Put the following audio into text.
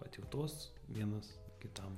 atjautos vienas kitam